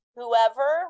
whoever